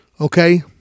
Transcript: okay